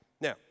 Now